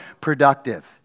productive